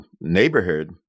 neighborhood